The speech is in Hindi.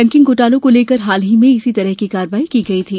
बैंकिंग घोटालों को लेकर हाल ही में इसी तरह की कार्रवाई की गई थी